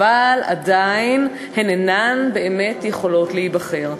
אבל עדיין הן אינן יכולות באמת להיבחר.